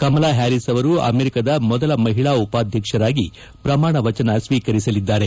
Kamala Harris ಅವರು ಅಮೆರಿಕದ ಮೊದಲ ಮಹಿಳಾ ಉಪಾಧ್ಯಕ್ಷರಾಗಿ ಪ್ರಮಾಣ ವಚನ ಸ್ವೀಕರಿಸಲಿದ್ದಾರೆ